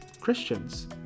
Christians